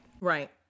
Right